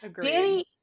Danny